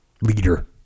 leader